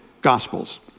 gospels